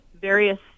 various